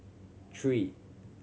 three